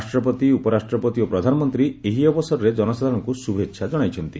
ରାଷ୍ଟ୍ରପତି ଉପରାଷ୍ଟ୍ରପତି ଓ ପ୍ରଧାନମନ୍ତ୍ରୀ ଏହି ଅବସରରେ ଜନସାଧାରଣଙ୍କୁ ଶୁଭେଚ୍ଛା ଜଣାଇଛନ୍ତି